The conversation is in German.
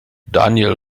daniel